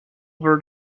over